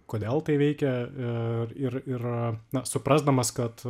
kodėl tai veikia ir ir ir suprasdamas kad